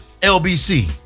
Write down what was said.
LBC